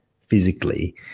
physically